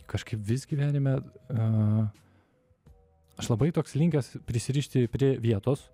kažkaip vis gyvenime a aš labai toks linkęs prisirišti prie vietos